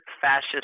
fascist